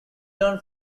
known